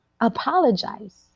Apologize